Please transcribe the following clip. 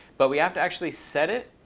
but we have to actually set it